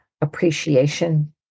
appreciation